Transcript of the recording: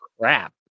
crap